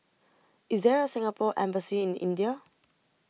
IS There A Singapore Embassy in India